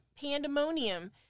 pandemonium